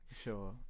sure